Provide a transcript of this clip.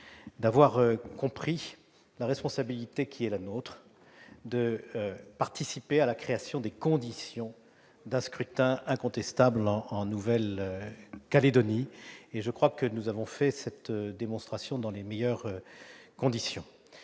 d'avoir compris la responsabilité qui est la nôtre de contribuer à la création des conditions d'un scrutin incontestable en Nouvelle-Calédonie. Je crois que nous avons fait cette démonstration dans les meilleures conditions.